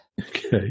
Okay